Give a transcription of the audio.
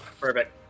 Perfect